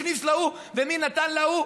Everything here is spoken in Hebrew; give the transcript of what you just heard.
ומי החזיר להוא,